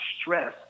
stress